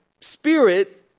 Spirit